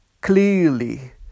clearly